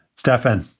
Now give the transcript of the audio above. stefan,